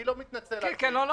אני לא מתנצל על זה,